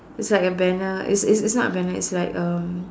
it's like a banner it's it's it's not a banner it's like um